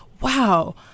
wow